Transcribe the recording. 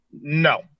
No